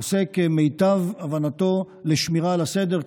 עושה כמיטב הבנתו לשמירה על הסדר,